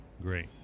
Great